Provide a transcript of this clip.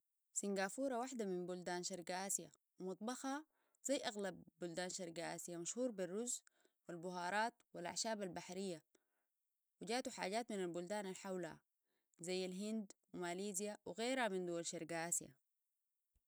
سنغافورة واحدة من بلدان شرق آسيا ومطبخها زي أغلب بلدان شرق آسيا مشهور بالرز والبهارات والاعشاب البحرية وجاتوا حاجات من البلدان الحولها زي الهند وماليزيا وغيرها من دول شرق آسيا